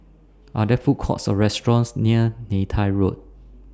Are There Food Courts Or restaurants near Neythai Road